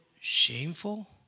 shameful